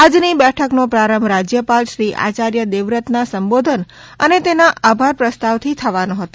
આજની બેઠકનો પ્રારંભ રાજ્યપાલ શ્રીઆચાર્ય દેવવ્રતના સંબોધન અને તેના આભાર પ્રસ્તાવ થી થવાનો હતો